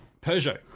Peugeot